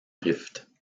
rift